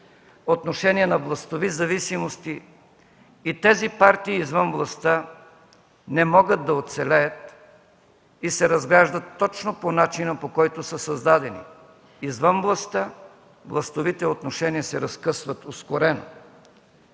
отношения на властови зависимости и тези партии извън властта не могат да оцелеят и се разграждат точно по начина, по който са създадени. Извън властта властовите отношения се разкъсват ускорено.